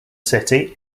city